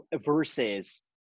versus